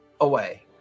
away